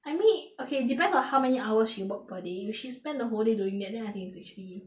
I mean okay depends on how many hours you work per day if she spend the whole day doing that then I think it's actually